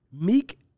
Meek